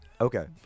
Okay